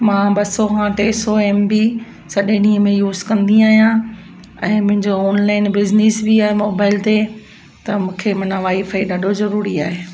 मां ॿ सौ खां टे सौ एमबी सॼे ॾींहं में यूस कंदी आहियां ऐं मुंहिंजो ऑनलाइन बिज़निस बि आहे मोबाइल ते त मूंखे माना वाईफाई ॾाढो ज़रूरी आहे